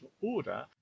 order